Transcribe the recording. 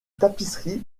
tapisserie